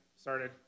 started